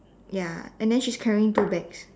ya and then she's carrying two bags